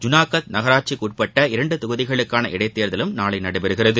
ஜூனாகத் நகராட்சிக்கு உட்பட்ட இரண்டு தொகுதிகளுக்கான இடைதேர்தலும் நாளை நடைபெறுகிறது